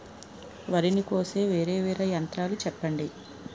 వరి ని కోసే వేరా వేరా యంత్రాలు చెప్పండి?